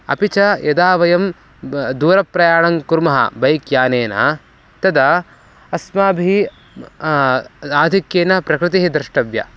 अपि च यदा वयं दूरप्रयाणः कुर्मः बैक्यानेन तदा अस्माभिः आधिक्येन प्रकृतिः द्रष्टव्या